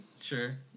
sure